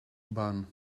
bun